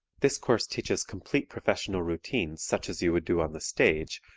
this course teaches complete professional routines such as you would do on the stage,